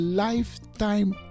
lifetime